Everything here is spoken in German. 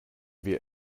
wir